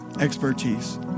expertise